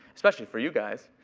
especially for you guys.